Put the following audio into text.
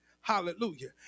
Hallelujah